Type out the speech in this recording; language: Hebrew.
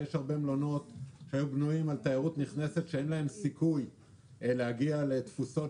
יש הרבה מלונות שהיו בנויים על תיירות נכנסת שאין להם סיכוי להגיע לתפוסות